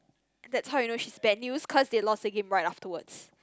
that's how you know she's bad news cause they lost the game right afterwards